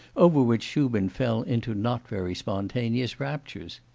over which shubin fell into not very spontaneous raptures.